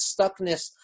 stuckness